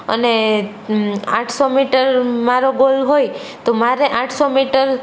અને આઠસો મીટરમાં મારો ગોલ હોય તો મારે આઠસો મીટર